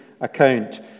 account